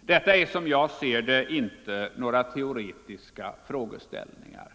Detta är, som jag ser det, inte några teoretiska frågeställningar.